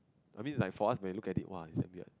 I mean like for us when we look at it !wah! its damn weird